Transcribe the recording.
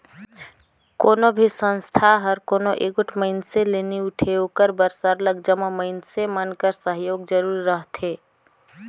कोनो भी संस्था हर कोनो एगोट मइनसे ले नी उठे ओकर बर सरलग जम्मो मइनसे मन कर सहयोग जरूरी रहथे